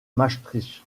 maastricht